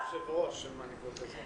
הוא היושב-ראש של מנהיגות אזרחית.